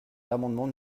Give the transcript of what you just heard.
l’amendement